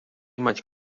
mať